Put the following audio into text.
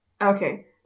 Okay